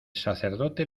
sacerdote